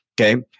Okay